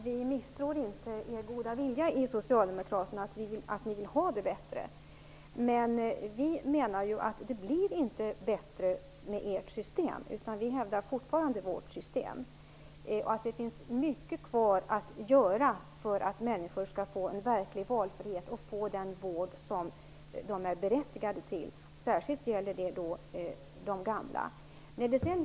Herr talman! Vi misstror inte Socialdemokraternas goda vilja att göra förbättringar. Men vi menar att det inte blir bättre med ert system, utan vi hävdar fortfarande vårt system. Det finns mycket kvar att göra för att människor skall få en verklig valfrihet och få den vård som de är berättigade till. Detta gäller särskilt de gamla.